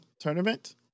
tournament